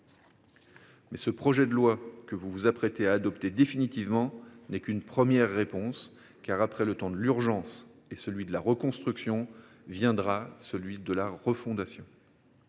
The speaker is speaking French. Ce projet de loi, que vous vous apprêtez à adopter définitivement, n’est qu’une première réponse, car, après le temps de l’urgence et celui de la reconstruction, viendra celui de la refondation.